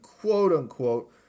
quote-unquote